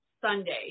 Sunday